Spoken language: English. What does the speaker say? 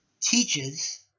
teaches